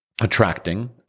attracting